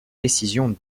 décisions